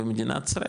במדינת ישראל,